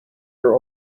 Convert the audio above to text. her